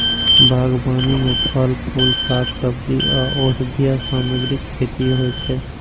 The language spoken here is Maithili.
बागबानी मे फल, फूल, शाक, सब्जी आ औषधीय सामग्रीक खेती होइ छै